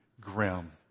grim